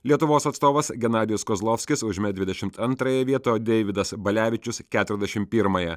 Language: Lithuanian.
lietuvos atstovas genadijus kozlovskis užėmė dvidešimt antrąją vietą o deividas balevičius keturiasdešim pirmąją